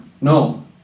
No